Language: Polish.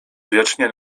wiecznie